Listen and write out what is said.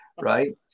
right